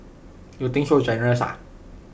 you think so generous ah